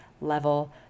level